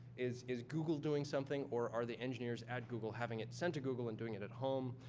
is is google doing something or are the engineers at google having it sent to google and doing it at home?